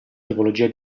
tipologia